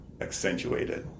accentuated